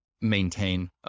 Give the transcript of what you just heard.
maintain